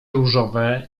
różowe